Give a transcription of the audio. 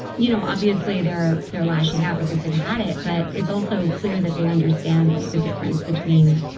you know, obviously they're they're lashing out because they've had it. but it's also clear that they understand like the difference between,